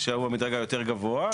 שהוא המדרג היותר גבוה,